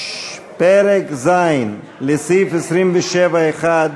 פרק ז', לסעיף 27(1)